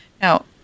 Now